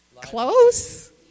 Close